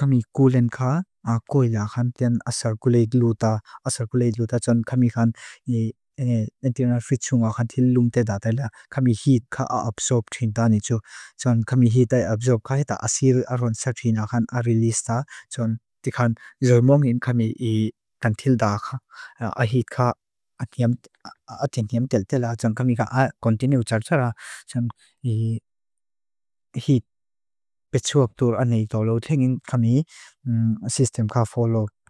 kami kulen ka koila akhan. Tain asar kulek luta. Asar kulek luta. Tson kami khan, nge, entina fridchung akhan thildung teda taila. Kami heat ka absorb thinda anichu. Tson kami heat ay absorb ka hita. Asir aron satrin akhan a release ta. Tson. Tikhan. Zermongin kami i kantilda akha. A hit ka atingiam tildela. Tson kami ka kontinu tsar tsara. Tson. I. Heat. Pichuak dur anay dolo. Thingin kami. Sistem ka follow.